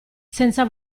senza